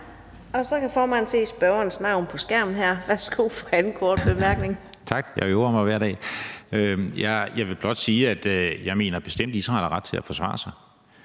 her talerstol, at Israel har ret til at forsvare sig